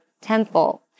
temple